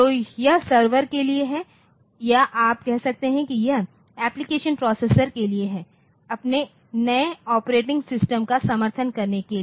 तो यह सर्वर के लिए है या आप कह सकते हैं कि यह एप्लिकेशन प्रोसेसर के लिए है अपने नए ऑपरेटिंग सिस्टम का समर्थन करने के लिए